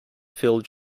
filled